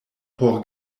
por